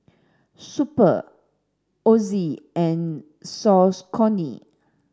Super Ozi and Saucony